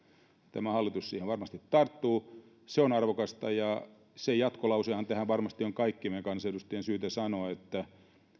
tämä hallitus siihen varmasti tarttuu se on arvokasta ja se jatkolausehan tähän varmasti on kaikkien meidän kansanedustajien syytä sanoa että